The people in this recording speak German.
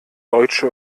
deutsche